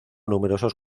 numerosos